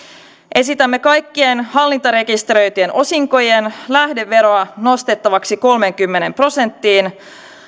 esitämme kaikkien hallintarekisteröityjen osinkojen lähdeveroa nostettavaksi kolmeenkymmeneen prosenttiin